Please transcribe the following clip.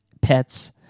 pets